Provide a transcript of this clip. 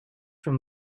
from